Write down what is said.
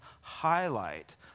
highlight